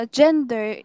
gender